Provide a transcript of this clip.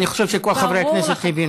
אני חושב שכל חברי הכנסת הבינו.